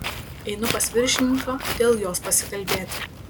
einu pas viršininką dėl jos pasikalbėti